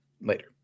Later